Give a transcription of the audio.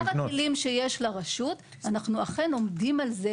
בשאר הכלים שיש לרשות אנחנו אכן עומדים על זה,